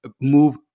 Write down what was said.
move